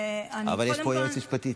אבל יש פה יועצת משפטית.